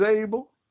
able